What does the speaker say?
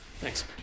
Thanks